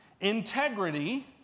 integrity